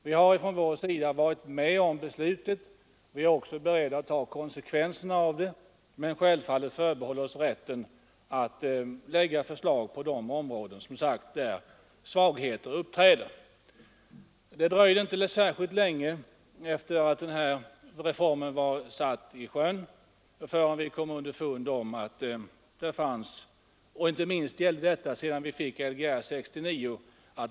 Vi har varit med om beslutet, och vi är också beredda att ta konsekvenserna av det, men självfallet förbehåller vi oss rätten att lägga fram förslag på de områden där svagheter uppträder. Det dröjde inte särskilt länge efter det att den här reformen var satt i sjön förrän vi kom underfund med att där fanns uppenbara svagheter. Inte minst gällde detta efter Lgr 69.